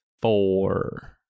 four